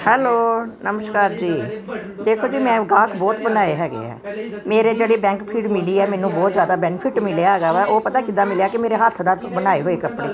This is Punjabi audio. ਹੈਲੋ ਨਮਸਕਾਰ ਜੀ ਦੇਖੋ ਜੀ ਮੈਂ ਗਾਹਕ ਬਹੁਤ ਬਣਾਏ ਹੈਗੇ ਹੈ ਮੇਰੇ ਜਿਹੜੇ ਬੈਂਕਫੀਡ ਮਿਲੀ ਹੈ ਮੈਨੂੰ ਬਹੁਤ ਜ਼ਿਆਦਾ ਬੈਨੀਫਿਟ ਮਿਲਿਆ ਹੈਗਾ ਵਾ ਉਹ ਪਤਾ ਕਿੱਦਾਂ ਮਿਲਿਆ ਕਿ ਮੇਰੇ ਹੱਥ ਦਾ ਬਣਾਏ ਹੋਏ ਕੱਪੜੇ